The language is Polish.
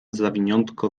zawiniątko